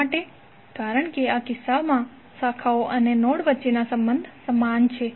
શા માટે કારણ કે આ કિસ્સામાં શાખાઓ અને નોડ વચ્ચેના સંબંધ સમાન છે